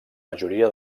majoria